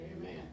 Amen